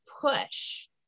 push